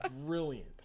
brilliant